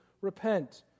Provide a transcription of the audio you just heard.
repent